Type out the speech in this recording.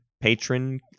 patron